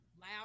loud